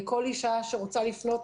כל אישה שרוצה לפנות,